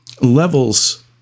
levels